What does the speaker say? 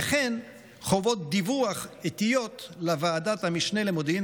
וכן חובות דיווח עיתיות לוועדת המשנה למודיעין